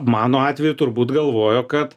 mano atveju turbūt galvojo kad